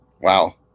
Wow